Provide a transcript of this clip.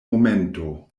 momento